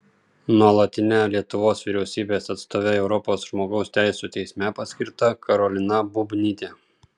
nuolatine lietuvos vyriausybės atstove europos žmogaus teisių teisme paskirta karolina bubnytė